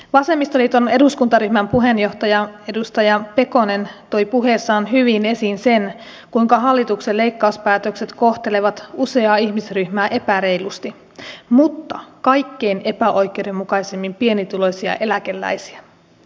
vasemmistoliiton eduskuntaryhmän puheenjohtaja edustaja pekonen toi puheessaan hyvin esiin sen kuinka hallituksen leikkauspäätökset kohtelevat useaa ihmisryhmää epäreilusti mutta kaikkein epäoikeudenmukaisimmin pienituloisia eläkeläisiä